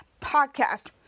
podcast